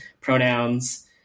pronouns